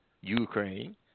Ukraine